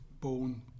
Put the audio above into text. born